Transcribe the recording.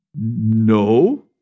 No